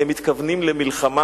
הם מתכוונים למלחמה.